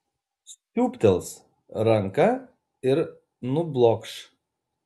siūbtels ranka ir nublokš